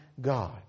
God